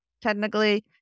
technically